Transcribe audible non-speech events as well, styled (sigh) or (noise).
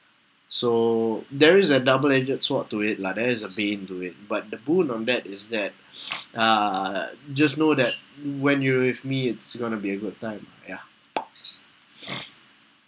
so there is a double edged sword to it lah there's a bane but the boon on that is that (noise) uh just know that when you're with me it's going to be a good time ya (noise) (noise)